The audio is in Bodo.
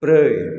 ब्रै